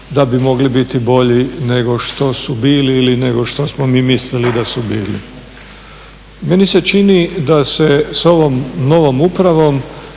da bi mogli biti bolji nego što su bili ili nego što smo mi mislili da su bili. Meni se čini da se s ovom novom upravom